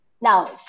now